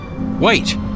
Wait